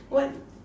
what